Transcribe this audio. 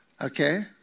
Okay